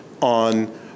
on